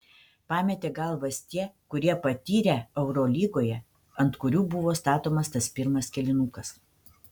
pametė galvas tie kurie patyrę eurolygoje ant kurių buvo statomas tas pirmas kėlinukas